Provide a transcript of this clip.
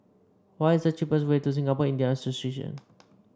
what is the cheapest way to Singapore Indian Association